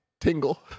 Tingle